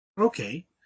Okay